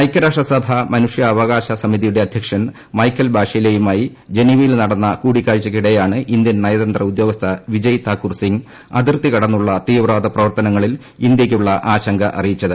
ഐക്യരാഷ്ട്രസഭ മനുഷ്യാവകാശ സമിതിയുടെ അദ്ധ്യക്ഷൻ മൈക്കൽ ബാഷെലെയുമായി ജനീവയിൽ നടന്ന കൂടിക്കാഴ്ചയ്ക്കിടെയാണ് ഇന്ത്യൻ നയതന്ത്ര ഉദ്യോഗസ്ഥ വിജയ് താക്കൂർസിങ് അതിർത്തി കടന്നുള്ള തീവ്രവാദപ്രവർത്തനങ്ങളിൽ ഇന്ത്യയ്ക്കുള്ള ആശങ്ക അറിയിച്ചത്